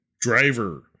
Driver